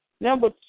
number